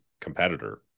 competitor